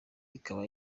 ikaba